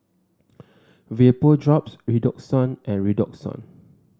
Vapodrops Redoxon and Redoxon